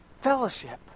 fellowship